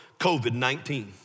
COVID-19